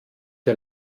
der